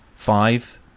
Five